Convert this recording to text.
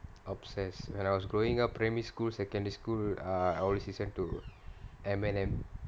obsess when I was growing up primary school secondary school ah I always listen to eminem